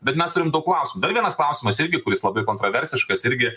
bet mes turim daug klausimų dar vienas klausimas irgi kuris labai kontroversiškas irgi